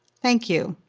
thank you.